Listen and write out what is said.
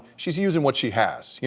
she's using what she has. yeah